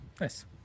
Nice